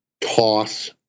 toss